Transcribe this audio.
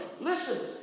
Listen